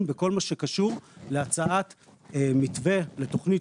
בכל מה שקשור להצעת מתווה לתוכנית,